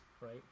right